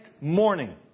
morning